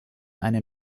eine